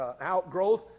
outgrowth